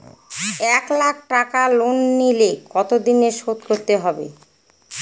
এক লাখ টাকা লোন নিলে কতদিনে শোধ করতে হবে?